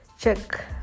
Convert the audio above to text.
check